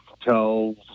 tells